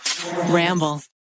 Ramble